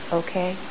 okay